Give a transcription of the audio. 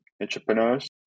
entrepreneurs